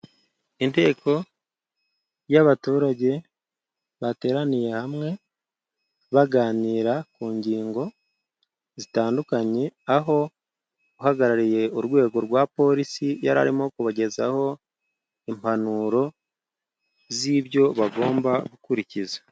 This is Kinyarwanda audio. Inteko y'abaturage bateraniye hamwe baganira ku ngingo zitandukanye aho uhagarariye urwego rwa polisi yari arimo kubagezaho impanuro z'ibyo bagomba gukurikiza.